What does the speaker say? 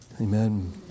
Amen